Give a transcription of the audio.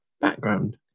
background